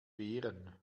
wehren